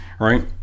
right